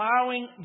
allowing